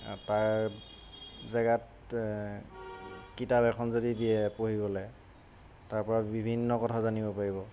জেগাত কিতাপ এখন যদি দিয়ে পঢ়িবলৈ তাৰপৰা বিভিন্ন কথা জানিব পাৰিব